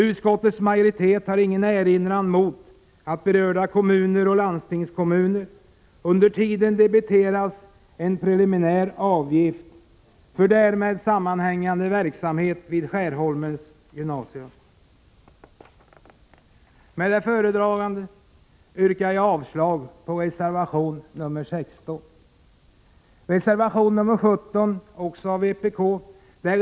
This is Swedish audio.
Utskottets majoritet har ingen erinran mot att berörda kommuner och landstingskommuner i avvaktan härpå debiteras en preliminär avgift för därmed sammanhängande verksamhet vid Skärholmens gymnasium. Med det sagda yrkar jag avslag på reservation 16. Också reservation 17 är avgiven av vpk.